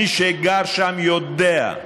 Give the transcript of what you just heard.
מי שגר שם יודע.